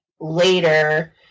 later